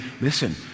listen